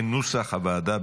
כנוסח הוועדה,